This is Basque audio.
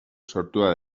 sortua